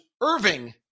Irving